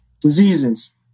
diseases